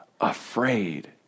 afraid